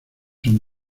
son